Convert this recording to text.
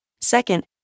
Second